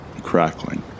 crackling